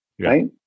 right